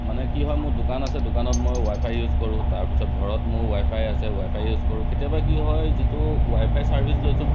মানে কি হয় মোৰ দোকান আছে দোকানত মই ৱাইফাই ইউজ কৰোঁ তাৰপিছত ঘৰত মোৰ ৱাইফাই আছে ৱাইফাই ইউজ কৰোঁ কেতিয়াবা কি হয় যিটো ৱাইফাই চাৰ্ভিচ লৈছোঁ